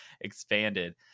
expanded